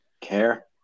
care